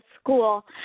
school